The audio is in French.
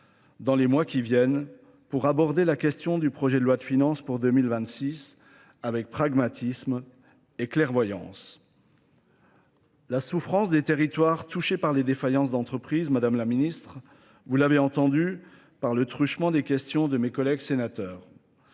dans les mois qui viennent pour aborder la question du projet de loi de finances pour 2026 avec pragmatisme et clairvoyance. La souffrance des territoires touchés par les défaillances d'entreprise, Madame la Ministre, vous l'avez entendu par le truchement des questions de mes collègues sénateurs.